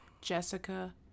Jessica